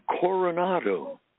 Coronado